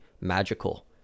magical